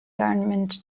government